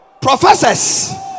Professors